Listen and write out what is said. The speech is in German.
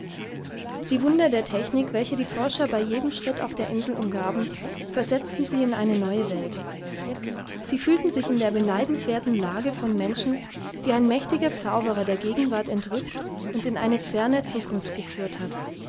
die wunder der technik welche die forscher bei jedem schritt auf der insel umgaben versetzten sie in eine neue welt sie fühlten sich in der beneidenswerten lage von menschen die ein mächtiger zauberer der gegenwart entrückt und in eine ferne zukunft geführt hat